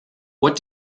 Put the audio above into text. what